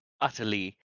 utterly